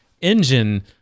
engine